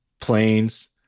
planes